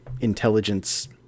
intelligence